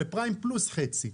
לפריים פלוס חצי.